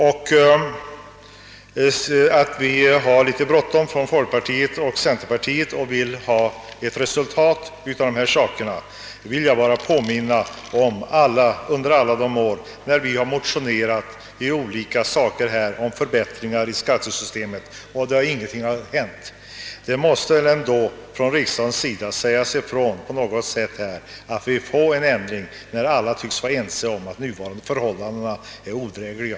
Herr Brandt sade vidare att folkpartiet och centerpartiet har så bråttom och önskar få till stånd ett snabbt resultat. Jag vill påminna herr Brandt om att vi under många år har motionerat om förbättringar i skattesystemet, men ingenting har hänt. Riksdagen måste väl säga ifrån. att den vill ha en ändring; när alla tycks vara ense om att de nuvarande förhållandena är odrägliga.